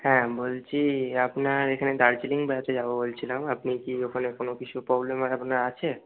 হ্যাঁ বলছি আপনার এখানে দার্জিলিং বেড়াতে যাবো বলছিলাম আপনি কি ওখানে কোনো কিছু প্রবলেম আর আপনার আছে